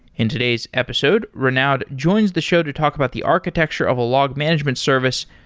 in today's episode, renaud joins the show to talk about the architecture of a log management service,